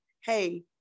hey